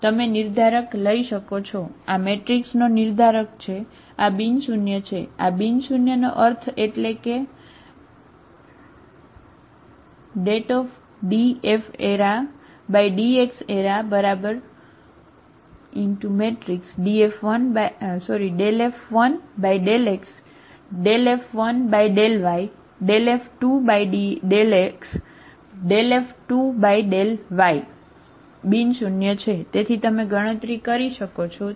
તમે નિર્ધારક અર્થ છે એટલે કે detdFdx F1∂x F1∂y F2∂x F2∂y ≠0 જેની તમે ગણતરી કરી શકો છો બરાબર